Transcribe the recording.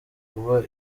kuba